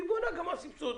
היא בונה גם על סבסוד.